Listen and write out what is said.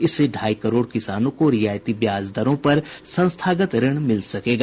इससे ढाई करोड़ किसानों को रियायती ब्याज दरों पर संस्थागत ऋण मिल सकेगा